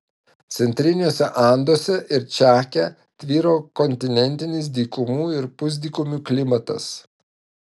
centriniuose anduose ir čake tvyro kontinentinis dykumų ir pusdykumių klimatas